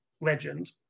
legend